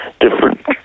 different